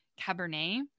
Cabernet